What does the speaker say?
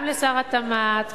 גם לשר התמ"ת,